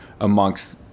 amongst